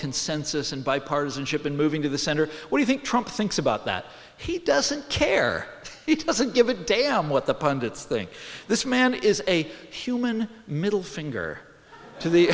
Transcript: consensus and bipartisanship and moving to the center what you think trump thinks about that he doesn't care it doesn't give a damn what the pundits think this man is a human middle finger to the